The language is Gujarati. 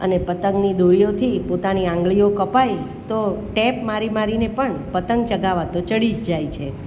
અને પતંગની દોરીઓથી પોતાની આંગળીઓ કપાય તો ટેપ મારી મારીને પણ પતંગ ચગાવવા તો ચડી જ જાય છે